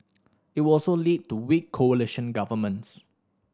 it would also lead to weak coalition governments